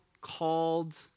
called